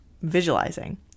Visualizing